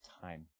time